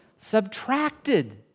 subtracted